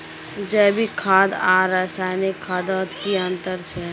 जैविक खाद आर रासायनिक खादोत की अंतर छे?